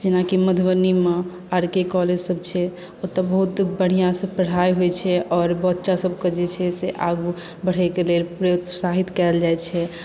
जेना की मधुबनी मे आर के कॉलेज सब छै ओतय बहुत बढ़ियाॅं सॅं पढाई होइ छै और बच्चा सब के जे छै से आगू बढ़ै के लेल प्रोत्साहित कायल जाइत छै